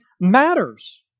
matters